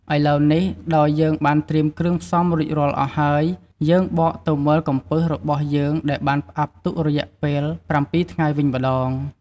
ឥឡូវនេះដោយយើងបានត្រៀមគ្រឿងផ្សំរួចរាល់អស់ហើយ យើងបកទៅមើលកំពឹសរបស់យើងដែលបានផ្អាប់ទុករយៈពេល ៧ថ្ងៃវិញម្ដង។